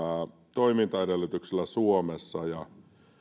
toimintaedellytyksillä suomessa ja